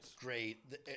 great